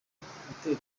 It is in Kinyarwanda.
gutera